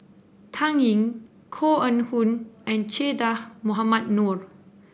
Dan Ying Koh Eng Hoon and Che Dah Mohamed Noor